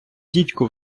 дідько